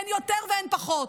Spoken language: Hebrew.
אין יותר ואין פחות.